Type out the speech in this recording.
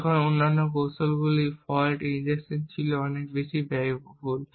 যখন অন্যান্য কৌশলগুলি ফল্ট ইনজেকশন ছিল অনেক বেশি ব্যয়বহুল